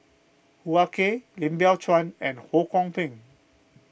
Hoo Ah Kay Lim Biow Chuan and Ho Kwon Ping